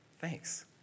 thanks